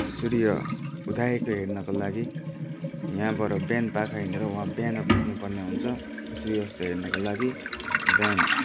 सूर्य उदाएको हेर्नको लागि यहाँबाट बिहानपख हिँडेर वहाँ बिहान पुग्नुपर्ने हुन्छ सूर्यास्त हेर्नको लागि बिहान